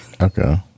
okay